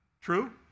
True